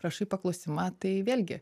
rašai paklausimą tai vėlgi